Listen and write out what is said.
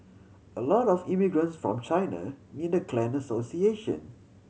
a lot of immigrants from China need a clan association